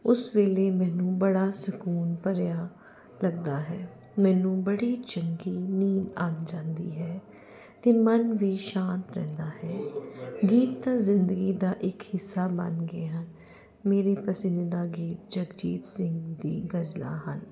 ਉਸ ਵੇਲੇ ਮੈਨੂੰ ਬੜਾ ਸਕੂਨ ਭਰਿਆ ਲੱਗਦਾ ਹੈ ਮੈਨੂੰ ਬੜੀ ਚੰਗੀ ਨੀਂਦ ਆ ਜਾਂਦੀ ਹੈ ਅਤੇ ਮਨ ਵੀ ਸ਼ਾਂਤ ਰਹਿੰਦਾ ਹੈ ਗੀਤ ਜ਼ਿੰਦਗੀ ਦਾ ਇੱਕ ਹਿੱਸਾ ਬਣ ਗਏ ਹਨ ਮੇਰੇ ਪਸੰਦੀਦਾ ਗੀਤ ਜਗਜੀਤ ਸਿੰਘ ਦੀ ਗ਼ਜ਼ਲਾਂ ਹਨ